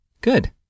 Good